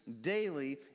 daily